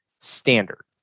standard